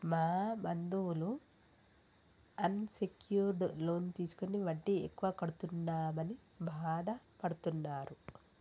మా బంధువులు unsecured loan తీసుకుని వడ్డీ ఎక్కువ కడుతున్నామని బాధపడుతున్నరు